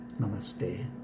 Namaste